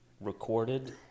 recorded